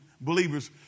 believers